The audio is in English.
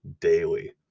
daily